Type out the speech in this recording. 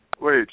Wait